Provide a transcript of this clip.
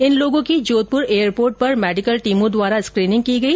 इन लोगों की जोधपुर एयरपोर्ट पर मेडिकल टीमों द्वारा स्क्रीनिंग की गई